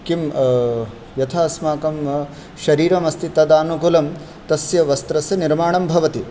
किं यथा अस्माकं शरीरमस्ति तदानुकूलं तस्य वस्त्रस्य निर्माणं भवति